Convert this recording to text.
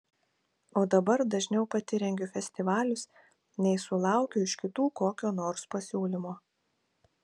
o dabar dažniau pati rengiu festivalius nei sulaukiu iš kitų kokio nors pasiūlymo